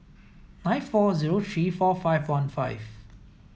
nine four zero three four five one five